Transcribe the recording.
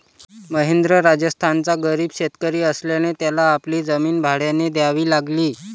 महेंद्र राजस्थानचा गरीब शेतकरी असल्याने त्याला आपली जमीन भाड्याने द्यावी लागली